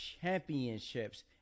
championships